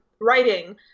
writing